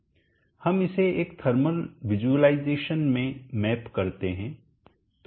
हम इसे एक थर्मल विज़ुअलाइज़ेशन में मैप करते हैं